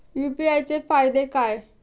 UPI चे फायदे काय?